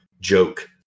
joke